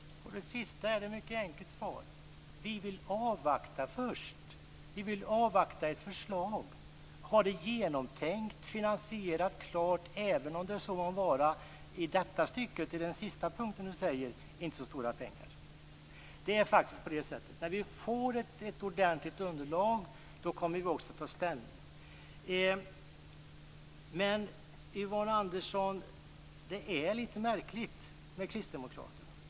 Fru talman! På den sista frågan är svaret mycket enkelt. Vi vill avvakta först. Vi vill avvakta ett förslag, få det genomtänkt, finansierat och klart, även om det på den sista punkten du nämner inte är så stora pengar. Det är faktiskt på det sättet att när vi får ett ordentligt underlag kommer vi också att ta ställning. Men Yvonne Andersson, det är lite märkligt med kristdemokraterna.